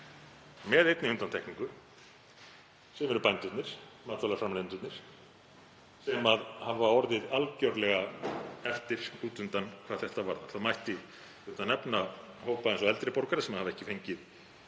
með einni undantekningu sem eru bændurnir, matvælaframleiðendurnir, sem hafa orðið algerlega út undan hvað þetta varðar. Þá mætti auðvitað nefna hópa eins og eldri borgara sem hafa ekki fengið